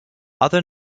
other